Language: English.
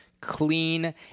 clean